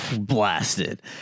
blasted